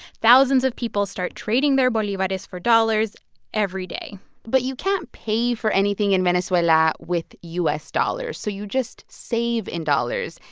thousands of people start trading their bolivares for dollars every day but you can't pay for anything in venezuela with u s. dollars, so you just save in dollars,